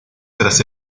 tras